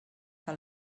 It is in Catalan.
que